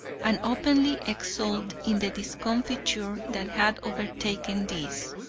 and openly exult in the discomfiture that had overtaken these.